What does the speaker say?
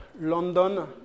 London